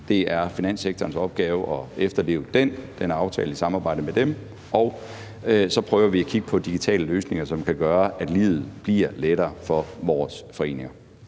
Det er finanssektorens opgave at efterleve den. Den er aftalt i samarbejde med dem. Og så prøver vi at kigge på digitale løsninger, som kan gøre, at livet bliver lettere for vores foreninger.